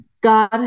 God